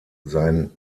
sein